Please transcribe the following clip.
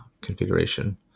configuration